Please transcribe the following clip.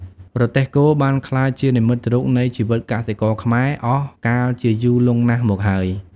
រទេះគោ បានក្លាយជានិមិត្តរូបនៃជីវិតកសិករខ្មែរអស់កាលជាយូរលង់ណាស់មកហើយ។